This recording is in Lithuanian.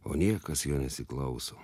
o niekas jo nesiklauso